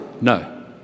No